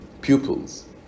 pupils